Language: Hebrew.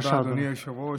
תודה רבה, אדוני היושב-ראש.